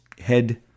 head